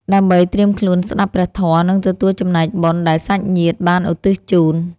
ដើម្បីត្រៀមខ្លួនស្ដាប់ព្រះធម៌ និងទទួលចំណែកបុណ្យដែលសាច់ញាតិបានឧទ្ទិសជូន។